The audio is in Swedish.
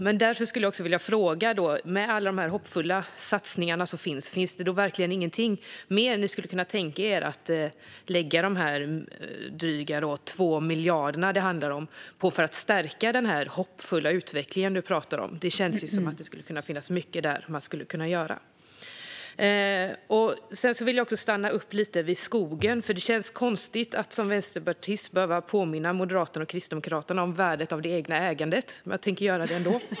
Men därför skulle jag vilja fråga: Med alla de här hoppfulla satsningarna, finns det verkligen ingenting mer ni skulle kunna tänka er att lägga de dryga 2 miljarder det handlar om på för att stärka den hoppfulla utveckling du pratar om? Det känns ju som att det finns mycket man skulle kunna göra där. Sedan vill jag också stanna upp lite vid skogen. Det känns konstigt att som vänsterpartist behöva påminna Moderaterna och Kristdemokraterna om värdet av det egna ägandet, men jag tänker göra det ändå.